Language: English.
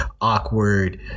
awkward